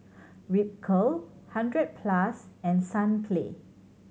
Ripcurl Hundred Plus and Sunplay